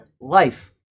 life